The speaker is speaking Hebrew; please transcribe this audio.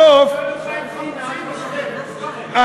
שהטחינה, בסוף, כל עוד זה בא עם טחינה, שכם.